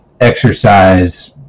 exercise